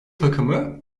takımı